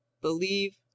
believe